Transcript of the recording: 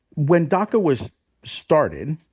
when daca was started,